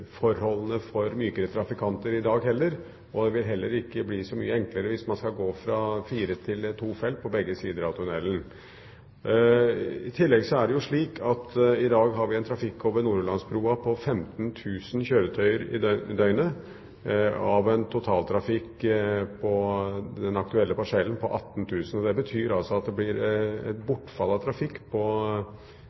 og det vil heller ikke bli så mye enklere hvis man skal gå fra fire til to felt på begge sider av tunnelen. I tillegg er det slik at i dag har vi en trafikk over Nordhordlandsbroen på 15 000 kjøretøyer i døgnet, av en totaltrafikk på den aktuelle parsellen på 18 000. Det betyr at det blir et bortfall av trafikk på